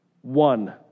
One